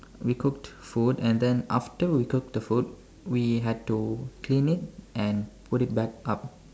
we cooked food and then after we cooked the food we had to clean it and put it back up